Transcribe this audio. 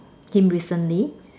him recently